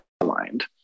aligned